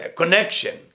connection